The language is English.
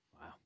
Wow